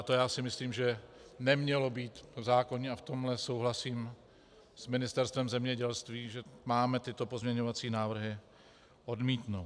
To si myslím, že nemělo být v zákonu, a v tomhle souhlasím s Ministerstvem zemědělství, že máme tyto pozměňovací návrhy odmítnout.